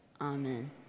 Amen